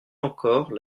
encore